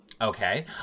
Okay